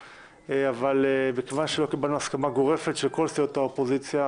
אבל מכיוון שלא קיבלנו הסכמה גורפת של כל סיעות האופוזיציה,